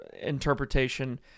interpretation